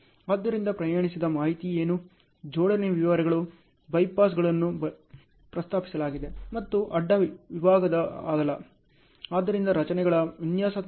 ಆದ್ದರಿಂದ ಪ್ರಯಾಣಿಸಿದ ಮಾಹಿತಿ ಏನು ಜೋಡಣೆ ವಿವರಗಳು ಬೈ ಪಾಸ್ಗಳನ್ನು ಪ್ರಸ್ತಾಪಿಸಲಾಗಿದೆ ಮತ್ತು ಅಡ್ಡ ವಿಭಾಗದ ಅಗಲ ಆದ್ದರಿಂದ ರಚನೆಗಳ ವಿನ್ಯಾಸ ತಂಡವನ್ನು ತಲುಪಿದ ಮಾಹಿತಿಯು ಇದು